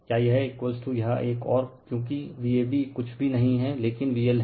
क्या यह यह एक और क्योंकि Vab कुछ भी नहीं है लेकिन VL है